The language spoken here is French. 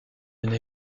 une